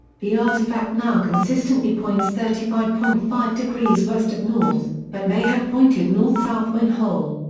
the artifact now consistently points thirty five point five degrees west of north, but may have pointed north-south when whole.